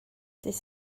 dydd